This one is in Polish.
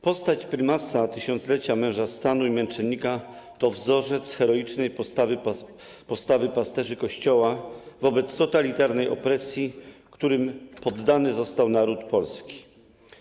Postać Prymasa Tysiąclecia, męża stanu i męczennika, to wzorzec heroicznej postawy pasterzy Kościoła wobec totalitarnej opresji, której poddany został naród polski.